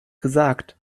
gesagt